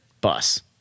bus